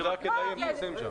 אם זה היה כדאי, הם היו פורסים שם.